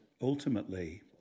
ultimately